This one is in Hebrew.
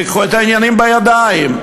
תיקחו את העניינים בידיים.